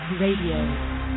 RADIO